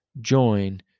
join